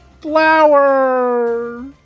flower